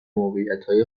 موقعیت